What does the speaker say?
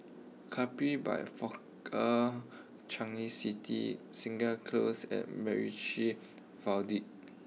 Capri by Fraser Changi City Segar close and MacRitchie Viaduct